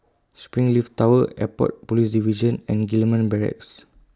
Springleaf Tower Airport Police Division and Gillman Barracks